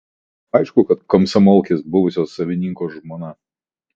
aišku kad komsomolkės buvusio savininko žmona